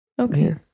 Okay